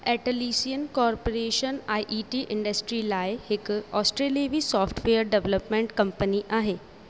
Atlassian corporation IT industry लाइ हिकु ऑस्ट्रेलेवी सॉफ्टवेयर डवलपमेंट कंपनी आहे